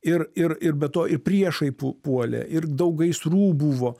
ir ir ir be to ir priešai pu puolė ir daug gaisrų buvo